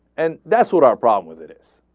and that's what our problem with it is.